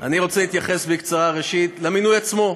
אני רוצה להתייחס בקצרה, ראשית, למינוי עצמו,